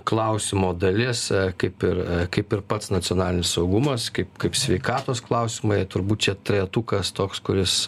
klausimo dalis kaip ir kaip ir pats nacionalinis saugumas kaip kaip sveikatos klausimai turbūt čia trejetukas toks kuris